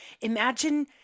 Imagine